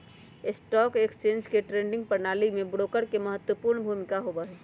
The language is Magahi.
स्टॉक एक्सचेंज के ट्रेडिंग प्रणाली में ब्रोकर के महत्वपूर्ण भूमिका होबा हई